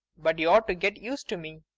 but you ought to get used to me.